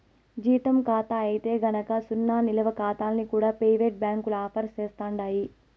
జీతం కాతా అయితే గనక సున్నా నిలవ కాతాల్ని కూడా పెయివేటు బ్యాంకులు ఆఫర్ సేస్తండాయి